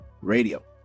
Radio